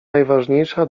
najważniejsza